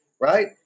right